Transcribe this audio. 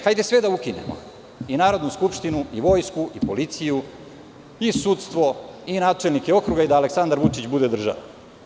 Hajde sve da ukinemo, i Narodnu skupštinu i vojsku i policiju, i sudstvo i načelnike okruga i da Aleksandar Vučić bude država.